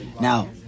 Now